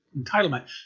entitlement